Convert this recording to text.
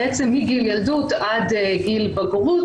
בעצם מגיל ילדות ועד גיל בגרות